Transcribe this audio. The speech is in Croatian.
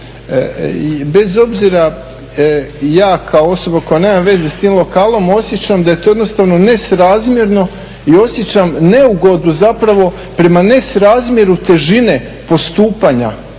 Bez obzira ja kao osoba koja nema veze s tim lokalom osjećam da je to jednostavno nesrazmjerno i osjećam neugodu prema nerazmjeru težine i postupanja